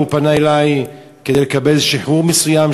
והוא פנה אלי כדי לקבל שחרור מסוים,